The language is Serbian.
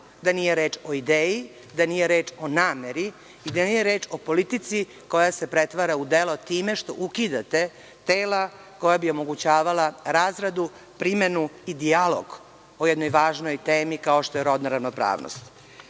da nije reč o ideji, da nije reč o nameri i da nije reč o politici koja se pretvara u delo time što ukidate tela koja bi omogućavala razradu, primenu i dijalog o jednoj važnoj temi kao što je rodna ravnopravnost. Spadam